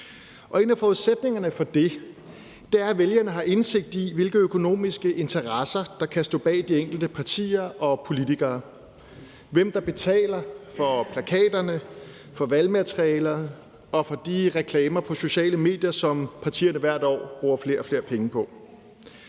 en af forudsætningerne for det er, at vælgerne har indsigt i, hvilke økonomiske interesser der kan stå bag de enkelte partier og politikere, og hvem der betaler for plakaterne, for valgmaterialer og for de reklamer på sociale medier, som partierne hvert år bruger flere og flere penge på.